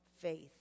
faith